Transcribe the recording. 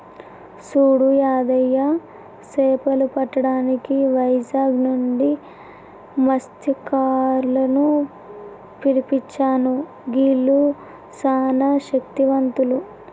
సూడు యాదయ్య సేపలు పట్టటానికి వైజాగ్ నుంచి మస్త్యకారులను పిలిపించాను గీల్లు సానా శక్తివంతులు